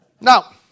Now